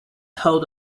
hold